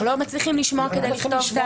אנחנו לא מצליחים לשמוע כדי לכתוב.